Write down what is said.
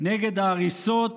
נגד ההריסות